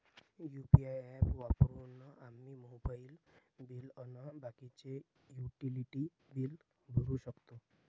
UPI app वापरून आम्ही mobile bill अन बाकीचे युटिलिटी बिल भरू शकतो